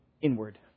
inward